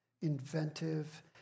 inventive